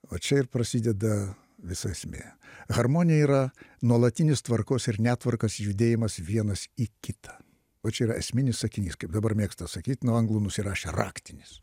o čia ir prasideda visa esmė harmonija yra nuolatinis tvarkos ir netvarkos judėjimas vienas į kitą o čia yra esminis sakinys kaip dabar mėgsta sakyti nuo anglų nusirašė raktinis